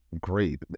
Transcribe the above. great